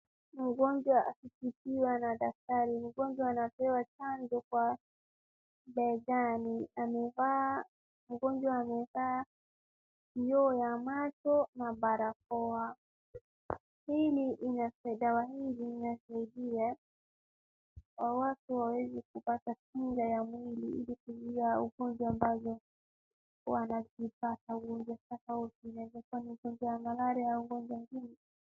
Mgonjwa akitibiwa na daktari, mgonjwa anapewa chanjo kwa begani. Amevaa, mgonjwa amevaa kioo ya macho na barakoa. Pili, dawa hizi zinasaidia kwa watu hawawezi kupata kinga ya mwili ili kuzuia ugonjwa ambazo wanazipata. Ugonjwa huo unezakuwa ni ugonjwa wa malaria au ugonjwa mwingine...